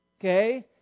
Okay